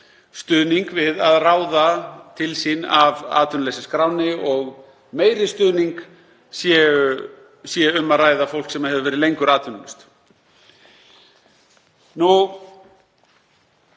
stuðning við að ráða til sín af atvinnuleysisskránni og meiri stuðning, sé um að ræða fólk sem hefur verið lengur atvinnulaust.